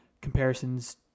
comparisons